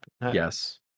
Yes